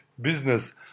business